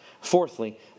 Fourthly